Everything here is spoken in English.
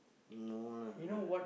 no lah hard